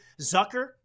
Zucker